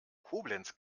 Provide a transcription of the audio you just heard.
koblenz